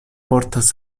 portas